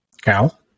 Cal